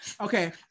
Okay